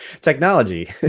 Technology